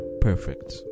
perfect